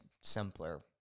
simpler